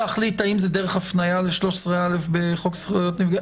האם זה דרך הפניה ל-13(א) בחוק זכויות נפגעי עבירה,